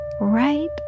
right